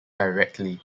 directly